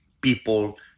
people